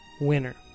winner